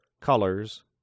colors